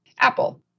Apple